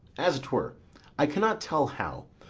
as twere i cannot tell how.